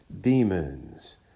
demons